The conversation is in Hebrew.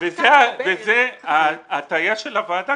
וזאת ההטעיה של הוועדה.